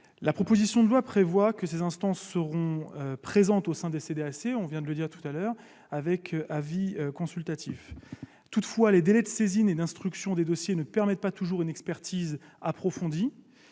proposition de loi indique que ces instances seront présentes au sein de la CDAC, avec avis consultatif. Toutefois, les délais de saisine et d'instruction des dossiers ne permettent pas toujours une expertise approfondie.